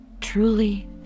Truly